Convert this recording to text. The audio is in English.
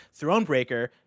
Thronebreaker